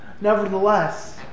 nevertheless